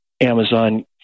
Amazon